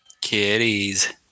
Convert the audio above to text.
Kitties